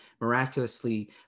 miraculously